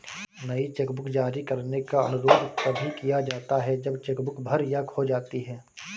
नई चेकबुक जारी करने का अनुरोध तभी किया जाता है जब चेक बुक भर या खो जाती है